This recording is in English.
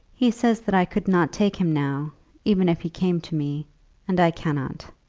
he says that i could not take him now even if he came to me and i cannot.